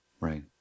Right